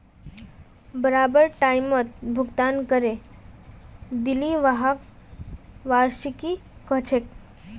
बराबर टाइमत भुगतान करे दिले व्हाक वार्षिकी कहछेक